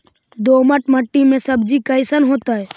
दोमट मट्टी में सब्जी कैसन होतै?